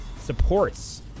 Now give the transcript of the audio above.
supports